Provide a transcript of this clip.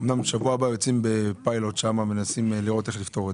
אמנם שבוע הבא יוצאים שם בפיילוט ומנסים לראות איך לפתור את